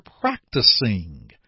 practicing